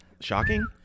shocking